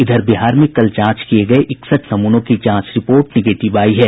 इधर बिहार में कल जांच किये गये इकसठ नमूनों की जांच रिपोर्ट निगेटिव आयी है